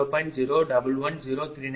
u P3 0